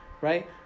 right